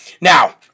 Now